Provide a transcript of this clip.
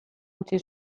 utzi